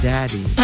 Daddy